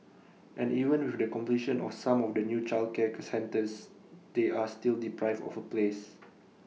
and even with the completion of some of the new childcare centres they are still deprived of A place